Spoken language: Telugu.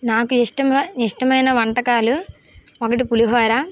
నాకు ఇష్టంగా ఇష్టమైన వంటకాలు ఒకటి పులిహోర